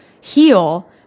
heal